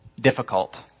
difficult